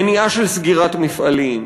מניעה של סגירת מפעלים,